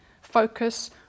Focus